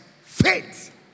Faith